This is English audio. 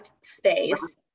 space